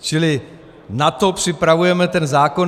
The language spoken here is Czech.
Čili na to připravujeme ten zákon.